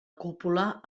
cúpula